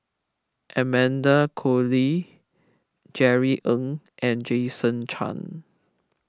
Amanda Koe Lee Jerry Ng and Jason Chan